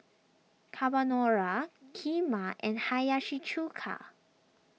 Carbonara Kheema and Hiyashi Chuka